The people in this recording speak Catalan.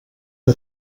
que